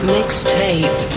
Mixtape